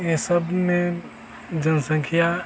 ये सब में जनसंख्या